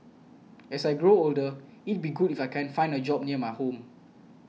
as I grow older it'd be good if I can find a job near my home